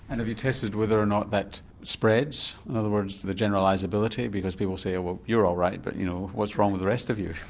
and have you tested whether or not that spreads? in other words then generalisability, because people say oh well you're all right, but you know what's wrong with the rest of you?